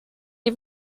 die